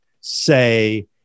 say